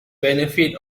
benefit